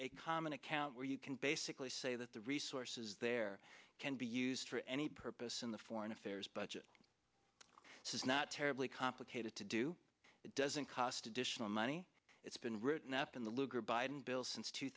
a common account where you can basically say that the resources there can be used for any purpose in the foreign affairs budget this is not terribly complicated to do it doesn't cost additional money it's been written up in the lugar biden bill since two